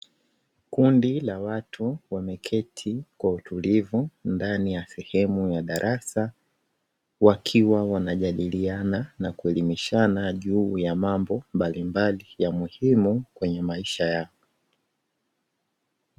Kundi la watu wameketi kwa utulivu ndani ya sehemu ya darasa wakiwa wanajadiliana na kuelimishana juu ya mambo mbalimbali ya muhimu kwenye maisha yao.